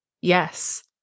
Yes